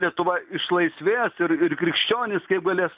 lietuva išlaisvės ir ir krikščionys kaip galės